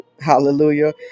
Hallelujah